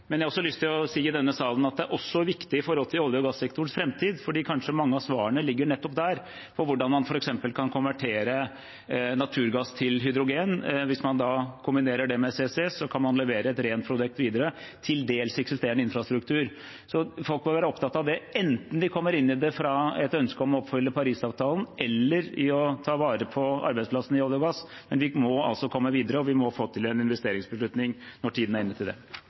men jeg har også lyst til å si i denne salen at det også er viktig med tanke på olje- og gassektorens framtid. For kanskje ligger mange av svarene nettopp der på hvordan man f.eks. kan konvertere naturgass til hydrogen – hvis man da kombinerer det med CCS, kan man levere et rent produkt videre, til dels med eksisterende infrastruktur. Så folk bør være opptatt av det enten de kommer inn i det av et ønske om å oppfylle Parisavtalen, eller for å ta vare på arbeidsplassene innen olje og gass. Men vi må altså komme videre, og vi må få til en investeringsbeslutning når tiden er inne for det.